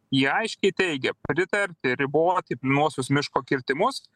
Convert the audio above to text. ji aiškiai teigia pritarti riboti plynuosius miško kirtimus